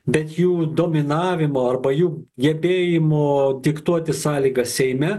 bet jų dominavimo arba jų gebėjimo diktuoti sąlygas seime